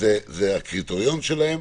וזה הקריטריון שלהם.